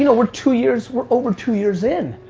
you know we're two years, we're over two years in.